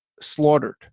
slaughtered